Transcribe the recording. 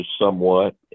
somewhat